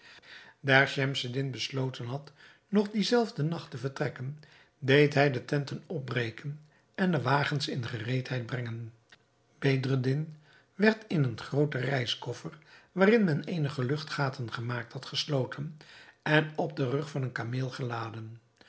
schemseddin besloten had nog dien zelfden nacht te vertrekken deed hij de tenten opbreken en de wagens in gereedheid brengen bedreddin werd in een grooten reiskoffer waarin men eenige luchtgaten gemaakt had gesloten en op den rug van een kameel geladen